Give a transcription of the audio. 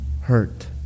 hurt